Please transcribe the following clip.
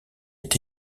est